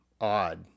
odd